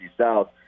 South